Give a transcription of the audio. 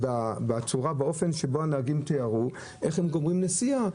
באופן שהנהגים תיארו איך הם גומרים נסיעה.